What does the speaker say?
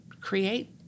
create